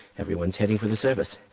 everyone is heading to the surface.